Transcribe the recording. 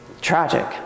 tragic